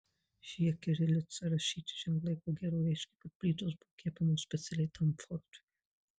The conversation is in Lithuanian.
šie kirilica rašyti ženklai ko gero reiškia kad plytos buvo kepamos specialiai tam fortui